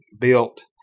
built